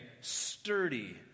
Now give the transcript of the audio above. sturdy